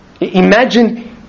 Imagine